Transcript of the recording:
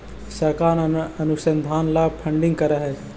सरकार अनुसंधान ला फंडिंग करअ हई